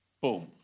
Boom